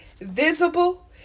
visible